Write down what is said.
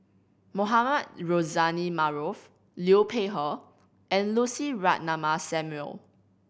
Mohamed Rozani Maarof Liu Peihe and Lucy Ratnammah Samuel